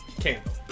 Candle